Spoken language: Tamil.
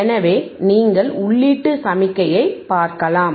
எனவே நீங்கள் உள்ளீட்டு சமிக்ஞையைப் பார்க்கலாம்